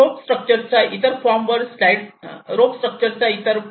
रोप structure चा इतर form वर स्लाईड मध्ये दाखविला आहे